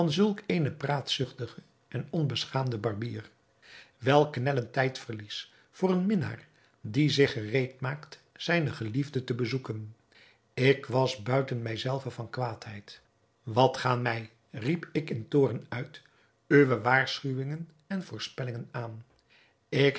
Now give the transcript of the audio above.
van zulk eenen praatzuchtigen en onbeschaamden barbier welk knellend tijdverlies voor een minnaar die zich gereed maakt zijne geliefde te bezoeken ik was buiten mij zelven van kwaadheid wat gaan mij riep ik in toorn uit uwe waarschuwingen en voorspellingen aan ik